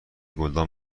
گلدان